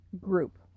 group